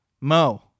Mo